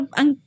ang